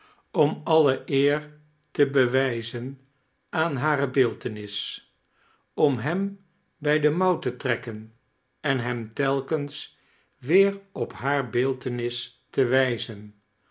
om alle eer te bewijzen aan hare beeltenis om hem bij de mouw te trekken en hem telkens weer op hare beeltenis te wijzen